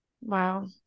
wow